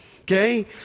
Okay